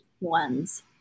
ones